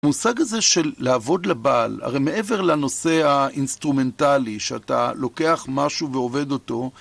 המושג הזה של לעבוד לבעל, הרי מעבר לנושא האינסטרומנטלי, שאתה לוקח משהו ועובד אותו,